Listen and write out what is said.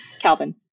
Calvin